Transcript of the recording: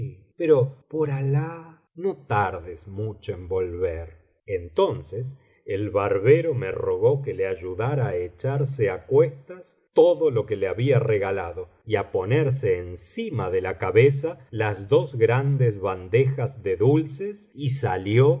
pero por alah no tardes mucho en volver entonces el barbero me rogó que le ayudara á echarse á cuestas todo lo que le había regalado y á ponerse encima de la cabeza las dos grandes ban biblioteca valenciana generalitat valenciana historia del jorobado dejas de dulces y salió